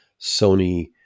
Sony